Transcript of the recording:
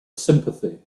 sympathy